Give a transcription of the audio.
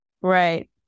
Right